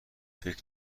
فکر